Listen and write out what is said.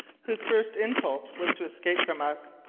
whose first impulse was to escape from us.